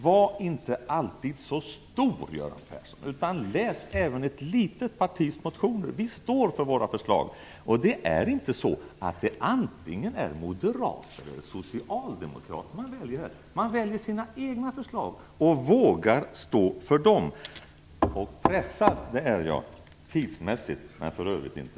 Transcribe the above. Var inte alltid så stor, Göran Persson, utan läs även ett litet partis motioner. Vi står för våra förslag. Det är inte så att det antingen är moderaters eller socialdemokraters förslag man väljer emellan. Man väljer sina egna förslag och vågar stå för dem. Pressad är jag tidsmässigt - för övrigt inte.